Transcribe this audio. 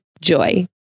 Joy